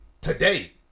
today